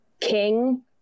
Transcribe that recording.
king